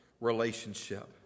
relationship